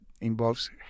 involves